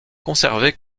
conserver